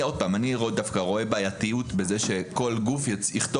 אני דווקא רואה בעייתיות בזה שכל גוף יכתוב